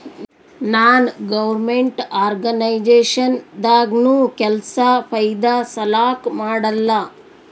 ನಾನ್ government organization ದಾಗ್ನು ಕೆಲ್ಸಾ ಫೈದಾ ಸಲಾಕ್ ಮಾಡಲ್ಲ